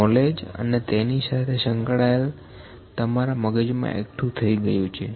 knowledge અને તેની સાથે સંકળાયેલ તમારા મગજ મા એકઠું થઇ ગયું છે